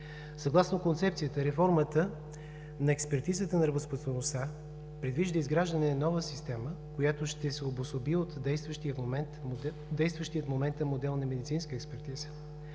Съгласно концепцията реформата на експертизата на работоспособността предвижда изграждане на нова система, която ще се обособи от действащия в момента модел на медицинска експертиза.